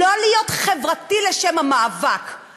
לא להיות חברתי לשם המאבק,